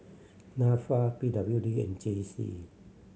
Nafa P W D and J C